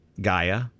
Gaia